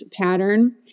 pattern